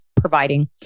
providing